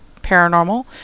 Paranormal